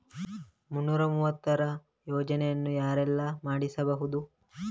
ಮುನ್ನೂರ ಮೂವತ್ತರ ಯೋಜನೆಯನ್ನು ಯಾರೆಲ್ಲ ಮಾಡಿಸಬಹುದು?